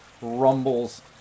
rumbles